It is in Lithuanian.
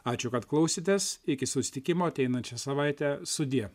ačiū kad klausėtės iki susitikimo ateinančią savaitę sudie